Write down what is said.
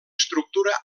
estructura